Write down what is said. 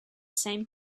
same